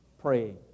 Praying